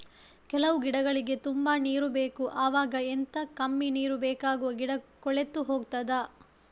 ಕೆಲವು ಗಿಡಗಳಿಗೆ ತುಂಬಾ ನೀರು ಬೇಕು ಅವಾಗ ಎಂತ, ಕಮ್ಮಿ ನೀರು ಬೇಕಾಗುವ ಗಿಡ ಕೊಳೆತು ಹೋಗುತ್ತದಾ?